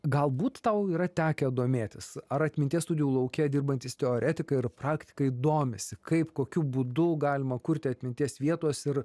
galbūt tau yra tekę domėtis ar atminties studijų lauke dirbantys teoretikai ir praktikai domisi kaip kokiu būdu galima kurti atminties vietos ir